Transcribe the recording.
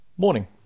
Morning